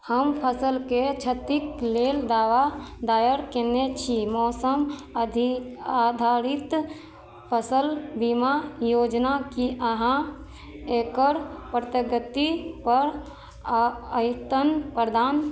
हम फसलके क्षतिक लेल दावा दायर कयने छी मौसम अधि आधारित फसल बीमा योजना की अहाँ एकर प्रत्यगति पर अ अद्यतन प्रदान